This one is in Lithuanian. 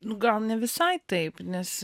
nu gal ne visai taip nes